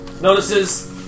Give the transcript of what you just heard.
notices